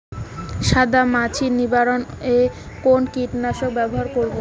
সাদা মাছি নিবারণ এ কোন কীটনাশক ব্যবহার করব?